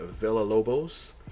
Villalobos